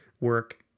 work